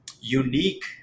unique